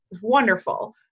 wonderful